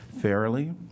fairly